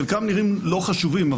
חלקם נראים לא חשובים,